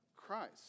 Christ